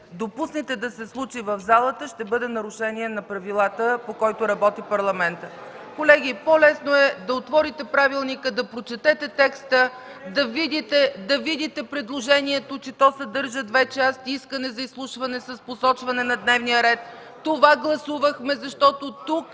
допуснете да се случи в залата, ще бъде нарушение на правилата, по които работи Парламентът. (Реплики от КБ и ДПС.) Колеги, по-лесно е да отворите правилника, да прочетете текста, да видите, че предложението съдържа две части – искане за изслушване с посочване на дневния ред. Това гласувахме, защото тук